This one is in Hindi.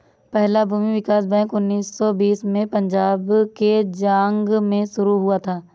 पहला भूमि विकास बैंक उन्नीस सौ बीस में पंजाब के झांग में शुरू हुआ था